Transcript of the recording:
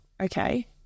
okay